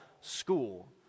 school